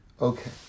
Okay